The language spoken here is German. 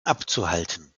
abzuhalten